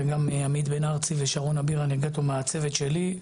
וגם עמית בן ארצי ושרונה מהצוות שלי,